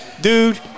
dude